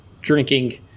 drinking